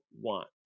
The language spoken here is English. want